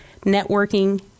networking